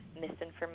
misinformation